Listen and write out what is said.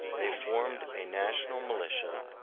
they formed a national militia,